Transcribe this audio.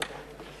תודה.